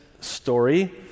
story